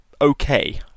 okay